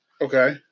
Okay